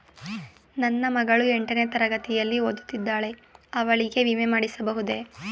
ನನ್ನ ಮಗಳು ಎಂಟನೇ ತರಗತಿಯಲ್ಲಿ ಓದುತ್ತಿದ್ದಾಳೆ ಅವಳಿಗೆ ವಿಮೆ ಮಾಡಿಸಬಹುದೇ?